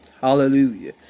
Hallelujah